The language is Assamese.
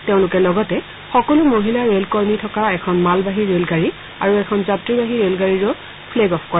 তেওঁলোকে লগতে সকলো মহিলা ৰেলকৰ্মী থকা এখন মালবাহী ৰেলগাডী আৰু এখন যাত্ৰীবাহী ৰেলগাড়ীৰো ফ্লেগ অফ কৰে